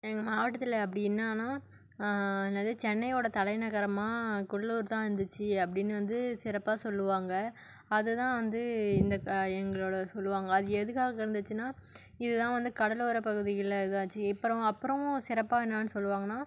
எங்கள் மாவட்டத்தில் அப்படி என்னன்னா என்னது சென்னையோட தலைநகரமாக கடலூர் தான் இருந்துச்சு அப்படின்னு வந்து சிறப்பாக சொல்வாங்க அது தான் வந்து இந்த எங்களோட சொல்வாங்க அது எதுக்காக இருந்துச்சுனா இது தான் வந்து கடலோர பகுதிகளில் இதாச்சி இப்பறம் அப்பறம் சிறப்பாக இன்னொன்னு சொல்வாங்கனா